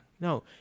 No